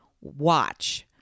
watch